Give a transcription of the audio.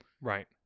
Right